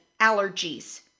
Allergies